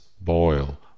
boil